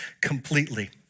completely